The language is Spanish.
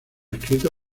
escrito